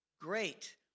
great